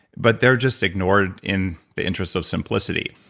but they're just ignored in the interests of simplicity.